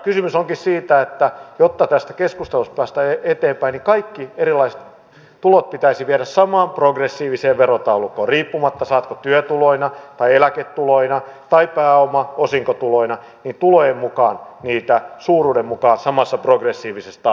kysymys onkin siitä että jotta tästä keskustelusta päästään eteenpäin niin kaikki erilaiset tulot pitäisi viedä samaan progressiiviseen verotaulukkoon riippumatta saatko työtuloina tai eläketuloina tai pääoma osinkotuloina tulojen suuruuden mukaan samaan progressiiviseen taulukkoon